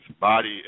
body